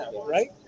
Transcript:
Right